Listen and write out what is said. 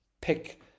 pick